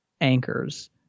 anchors